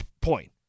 point